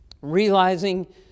realizing